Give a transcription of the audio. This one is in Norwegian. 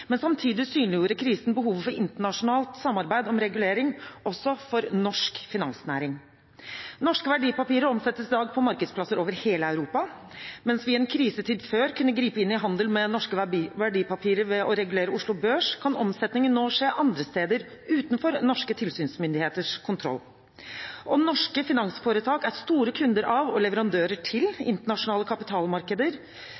Men samtidig synliggjorde krisen behovet for internasjonalt samarbeid om regulering også for norsk finansnæring. Norske verdipapirer omsettes i dag på markedsplasser over hele Europa. Mens vi i en krisetid før kunne gripe inn i handel med norske verdipapirer ved å regulere Oslo Børs, kan omsetningen nå skje andre steder, utenfor norske tilsynsmyndigheters kontroll. Norske finansforetak er store kunder av og leverandører